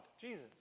Jesus